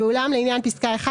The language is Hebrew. ואולם לעניין פסקה (1),